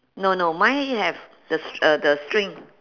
no no mine have the st~ uh the string